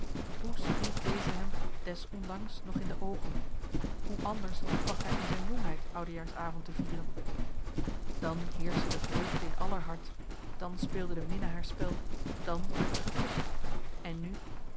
hoe springt deze hem des ondanks nog in de oogen hoe anders plagt hij in zijn jongheid oudejaars avond te vieren dan heerschte de vreugde in aller hart dan speelde de minne haar spel dan werd er gekust en nu